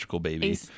baby